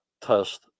test